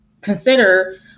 consider